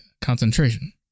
concentration